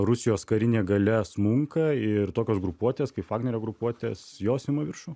rusijos karinė galia smunka ir tokios grupuotės kaip vagnerio grupuotės jos ima viršų